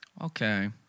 Okay